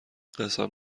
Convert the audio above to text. قسم